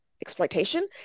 exploitation